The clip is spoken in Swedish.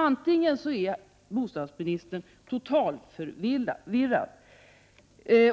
Antingen är bostadsministern totalförvirrad